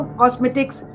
cosmetics